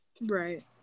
Right